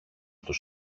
τους